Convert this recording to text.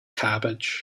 cabbage